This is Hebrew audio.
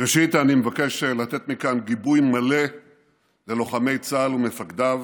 ראשית אני מבקש לתת מכאן גיבוי מלא ללוחמי צה"ל ומפקדיו,